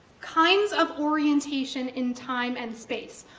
kinds of orientation in time and space,